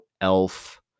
elf